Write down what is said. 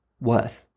worth